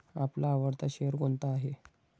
आपला आवडता शेअर कोणता आहे?